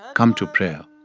come to prayer.